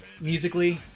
musically